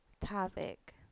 topic